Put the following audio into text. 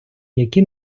які